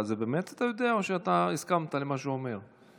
אתה באמת יודע או שהסכמת למה שהוא אומר?